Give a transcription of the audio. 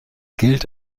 gilt